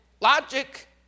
logic